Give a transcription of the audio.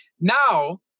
Now